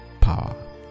power